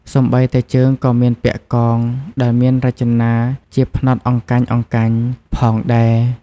សូម្បីតែជើងក៏មានពាក់កង ដែលមានរចនាជាផ្នត់អង្កាញ់ៗផងដែរ។